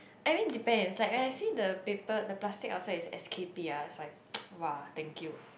I mean depends inside when I see the paper the plastic outside is S_K_P ah it's like !wah! thank you